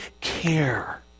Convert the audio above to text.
care